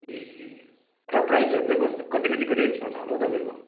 ए र प्राइजहरू चाहिँ कस्तो कति कतिको रेन्जमा छ होला हौ तपाईँको